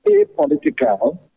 apolitical